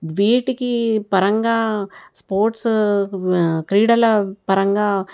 వీటికి పరంగా స్పోర్ట్స్ క్రీడల పరంగా